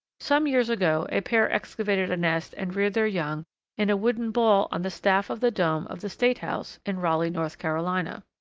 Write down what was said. some years ago a pair excavated a nest and reared their young in a wooden ball on the staff of the dome of the state house in raleigh, north carolina.